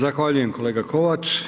Zahvaljujem, kolega Kovač.